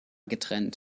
getrennt